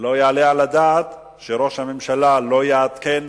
לא יעלה על הדעת שראש הממשלה לא יעדכן